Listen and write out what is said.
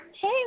Hey